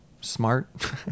smart